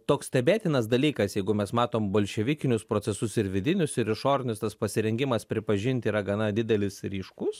toks stebėtinas dalykas jeigu mes matom bolševikinius procesus ir vidinius ir išorinius tas pasirengimas pripažinti yra gana didelis ir ryškus